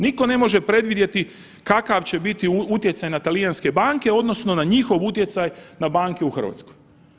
Niko ne može predvidjeti kakav će biti utjecaj na talijanske banke odnosno na njihov utjecaj na banke u RH.